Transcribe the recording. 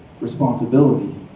responsibility